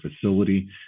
facility